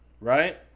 Right